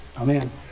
Amen